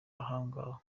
ahongaho